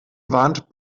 warnt